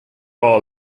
are